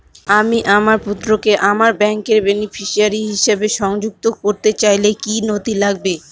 আমি আমার পুত্রকে আমার ব্যাংকের বেনিফিসিয়ারি হিসেবে সংযুক্ত করতে চাইলে কি কী নথি লাগবে?